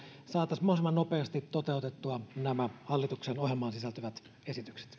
jotta saataisiin mahdollisimman nopeasti toteutettua nämä hallituksen ohjelmaan sisältyvät esitykset